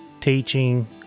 teaching